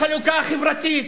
של חלוקה חברתית.